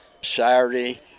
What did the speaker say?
Saturday